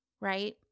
right